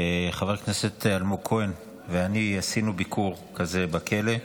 שחבר הכנסת אלמוג כהן ואני עשינו ביקור כזה בכלא,